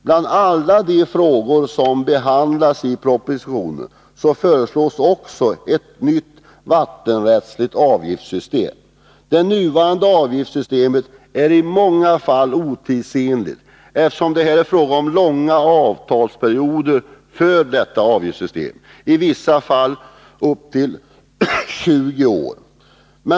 Bland alla de frågor som behandlas i propositionen finns också ett förslag om ett nytt vattenrättsligt avgiftssystem. Det nuvarande avgiftssystemet är i många fall otidsenligt, eftersom det är fråga om långa avtalsperioder för detta avgiftssystem, i vissa fall upp till 20 år.